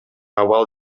абал